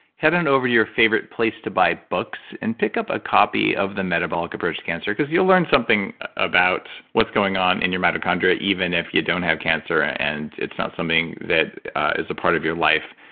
head on over to your favorite place to buy books and pick up a copy of the metabolic approach to cancer because you'll learn something about what's going on in your mitochondria even if you don't have cancer and it's not something that is a part of your life.